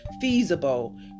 feasible